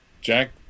Jack